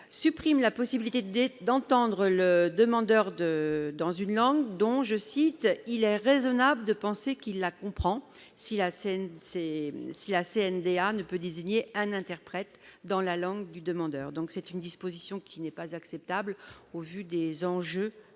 supprimer la possibilité d'entendre le demandeur dans une langue dont, je cite, « il est raisonnable de penser qu'il la comprend », dans le cas où la CNDA « ne peut désigner un interprète dans la langue demandée ». Voilà une disposition qui n'est pas acceptable au vu des enjeux.